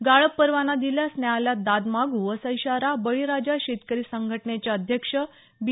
गाळप परवाना दिल्यास न्यायालयात दाद मागू असा इशारा बळीराजा शेतकरी संघटनेचे अध्यक्ष बी